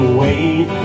wait